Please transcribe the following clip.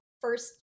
first